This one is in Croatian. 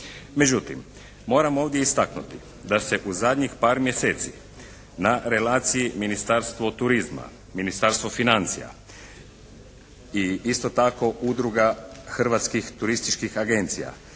Međutim, moram ovdje istaknuti da se u zadnjih par mjeseci na relaciji Ministarstvo turizma – Ministarstvo financija i isto tako Udruga hrvatskih turističkih agencija